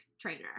trainer